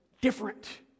different